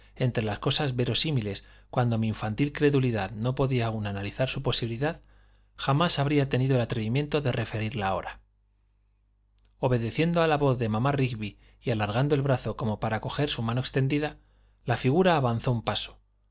entre las cosas verosímiles cuando mi infantil credulidad no podía aún analizar su posibilidad jamás habría tenido el atrevimiento de referirla ahora obedeciendo a la voz de mamá rigby y alargando el brazo como para coger su mano extendida la figura avanzó un paso